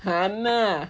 !hannor!